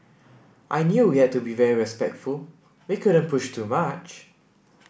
I knew we had to be very respectful we couldn't push too much